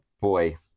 Boy